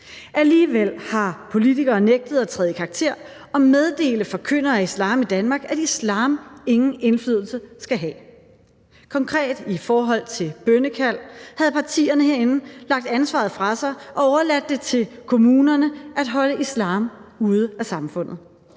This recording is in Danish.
Alligevel har politikere nægtet at træde i karakter og meddele forkyndere af islam i Danmark, at islam ingen indflydelse skal have. Konkret i forhold til bønnekald havde partierne herinde lagt ansvaret fra sig og overladt det til kommunerne at holde islam ude af samfundet.